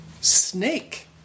snake